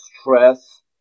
Stress